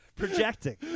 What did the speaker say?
Projecting